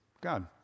God